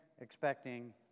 expecting